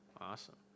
Awesome